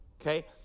okay